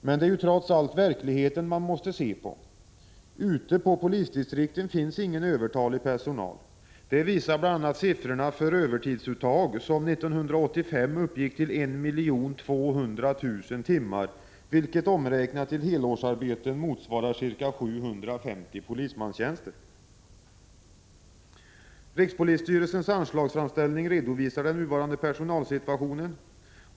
Men det är ju trots allt till verkligheten man måste se, och ute i polisdistrikten finns ingen övertalig personal. Det visar bl.a. siffrorna för övertidsuttag. År 1985 uppgick övertidsuttaget till 1 200 000 timmar, vilket omräknat till helårsarbeten motsvarar ca 750 polismanstjänster. I rikspolisstyrelsens anslagsframställning redovisas den nuvarande personalsituationen.